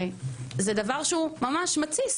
הרי זה דבר שהוא ממש מתסיס,